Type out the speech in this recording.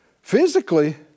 physically